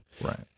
Right